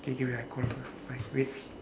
okay okay wait I call first bye wait